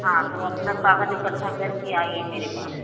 हाँ तो अपना कागज इकट्ठा करके आइए मेरे पास